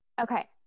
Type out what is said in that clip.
Okay